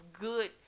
good